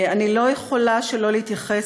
אני לא יכולה שלא להתייחס,